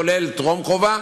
כולל טרום-חובה,